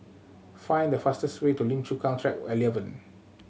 find the fastest way to Lim Chu Kang Track Eleven